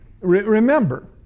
remember